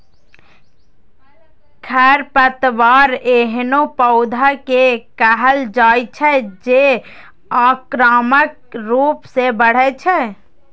खरपतवार एहनो पौधा कें कहल जाइ छै, जे आक्रामक रूप सं बढ़ै छै